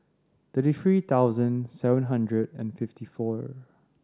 thirty three thousand seven hundred and fifty four